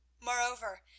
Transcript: moreover